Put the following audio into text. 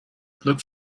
look